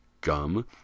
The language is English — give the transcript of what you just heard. gum